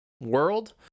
world